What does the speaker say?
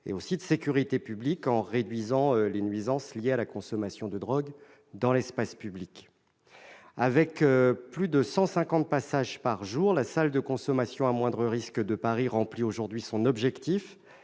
part de sécurité publique, en réduisant les nuisances liées à la consommation de drogue dans l'espace public. Avec plus de 150 passages par jour, la salle de consommation à moindre risque de Paris remplit aujourd'hui son objectif,